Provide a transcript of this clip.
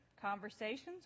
Conversations